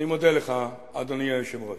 אני מודה לך, אדוני היושב-ראש.